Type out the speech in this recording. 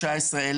אין בעיה.